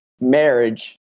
marriage